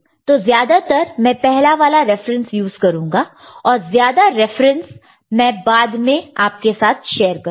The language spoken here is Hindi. तो ज्यादातर मैं पहला वाला रेफरेंस यूज करूंगा और ज्यादा रेफरेंसस मैं बाद में आपके साथ शेयर करूंगा